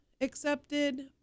accepted